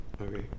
Okay